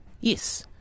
Yes